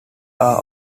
are